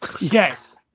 Yes